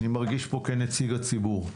אני מרגיש פה כנציג הציבור.